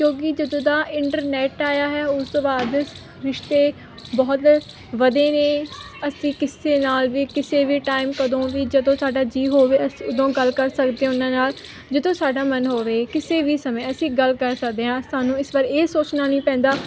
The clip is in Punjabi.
ਕਿਉਂਕਿ ਜਦੋਂ ਦਾ ਇੰਟਰਨੈਟ ਆਇਆ ਹੈ ਉਸ ਤੋਂ ਬਾਅਦ ਰਿਸ਼ਤੇ ਬਹੁਤ ਵਧੇ ਨੇ ਅਸੀਂ ਕਿਸੇ ਨਾਲ ਵੀ ਕਿਸੇ ਵੀ ਟਾਈਮ ਕਦੋਂ ਵੀ ਜਦੋਂ ਸਾਡਾ ਜੀਅ ਹੋਵੇ ਅਸੀਂ ਉਦੋਂ ਗੱਲ ਕਰ ਸਕਦੇ ਉਹਨਾਂ ਨਾਲ ਜਿੱਥੋਂ ਸਾਡਾ ਮਨ ਹੋਵੇ ਕਿਸੇ ਵੀ ਸਮੇਂ ਅਸੀਂ ਗੱਲ ਕਰ ਸਕਦੇ ਹਾਂ ਸਾਨੂੰ ਇਸ ਵਾਰ ਇਹ ਸੋਚਣਾ ਨਹੀਂ ਪੈਂਦਾ